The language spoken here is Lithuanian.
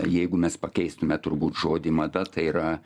jeigu mes pakeistume turbūt žodį mada tai yra